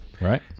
Right